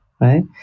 right